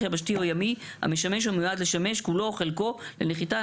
יבשתי או ימי המשמש או נועד לשמש כולו או חלקו לנחיתה,